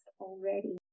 already